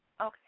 Okay